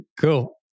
Cool